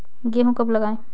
गेहूँ कब लगाएँ?